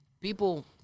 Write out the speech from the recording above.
people